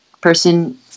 person